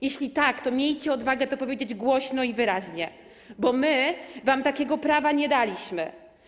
Jeśli tak, to miejcie odwagę to powiedzieć głośno i wyraźnie, bo my wam takiego prawa nie daliśmy.